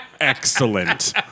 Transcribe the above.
excellent